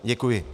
Děkuji.